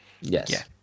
Yes